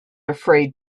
afraid